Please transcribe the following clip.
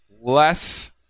less